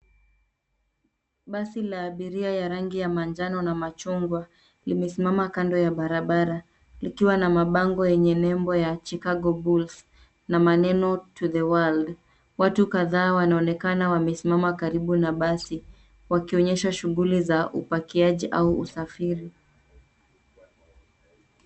Basi la abiria ya rangi ya manjano na machungwa, limesimama kando ya barabara likiwa na mabango yenye nembo ya Chicago bull na maneno to the world . Watu kadhaa wanaonekana wamesimama karibu na basi wakionyesha shughuli za upakiaji au usafiri.